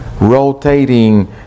rotating